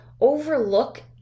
overlook